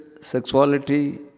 sexuality